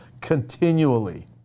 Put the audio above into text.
continually